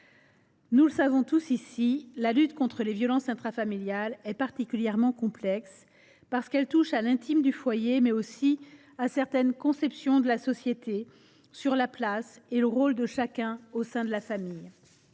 Nous le savons, la lutte contre les violences intrafamiliales est particulièrement complexe, parce qu’elle touche à l’intime du foyer, mais aussi à certaines conceptions de la société, de la place et du rôle de chacun au sein de la famille.